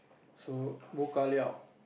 so